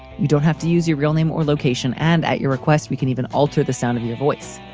you don't have to use your real name or location. and at your request, we can even alter the sound of your voice.